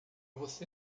você